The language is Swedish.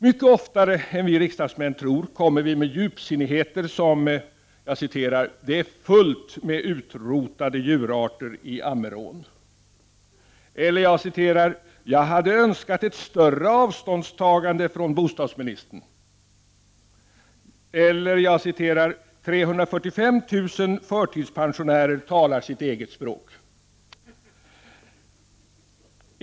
Mycket oftare än vi riksdagsmän tror kommer vi med djupsinnigheter som: ”Det är fullt med utrotade djurarter i Ammerån” eller ”Jag hade önskat ett större avståndstagande från bostadsministern” eller ”345 000 förtidspensionärer talar sitt eget språk”.